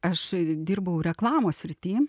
aš dirbau reklamos srity